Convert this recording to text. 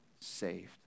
saved